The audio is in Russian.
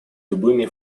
любыми